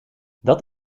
dat